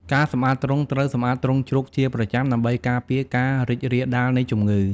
ការសម្អាតទ្រុង ត្រូវសម្អាតទ្រុងជ្រូកជាប្រចាំ ដើម្បីការពារការរីករាលដាលនៃជំងឺ។